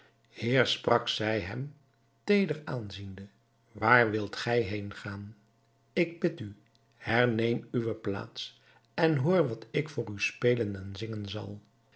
heer sprak zij hem teeder aanziende waar wilt gij heen gaan ik bid u herneem uwe plaats en hoor wat ik voor u spelen en zingen zal